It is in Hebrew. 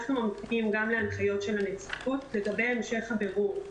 אנחנו ממתינים גם להנחיות של הנציבות לגבי המשך הבירור.